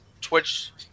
Twitch